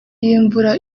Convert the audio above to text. y’imvura